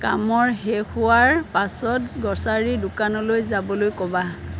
কামৰ শেষ হোৱাৰ পাছত গ্ৰ'চাৰী দোকানলৈ যাবলৈ ক'বা